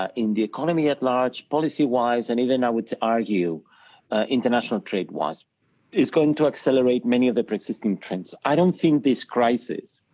ah in the economy at large, policy wise and even i would argue international trade wise is going to accelerate many of the persisting trends. i don't think this crisis